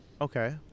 Okay